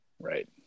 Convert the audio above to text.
Right